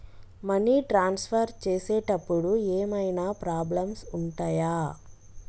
Money transfer చేసేటప్పుడు ఏమైనా problems ఉంటయా?